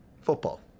football